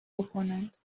بکنند